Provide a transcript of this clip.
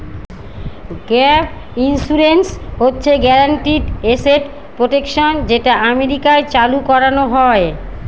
gap insurance হচ্ছে guaranteed asset protection যেটা আমেরিকায় চালু করানো হয়